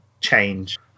change